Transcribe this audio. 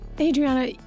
Adriana